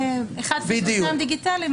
אחד פיזי ושניים דיגיטליים,